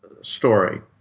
story